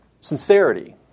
Sincerity